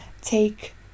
take